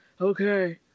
Okay